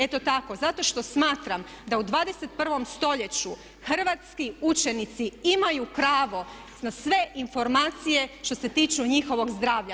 Eto tako, zato što smatram da u 21. stoljeću hrvatski učenici imaju pravo na sve informacije što se tiče njihovog zdravlja.